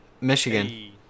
Michigan